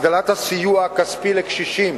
הגדלת הסיוע הכספי לקשישים